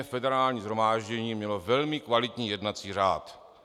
Federální shromáždění mělo velmi kvalitní jednací řád.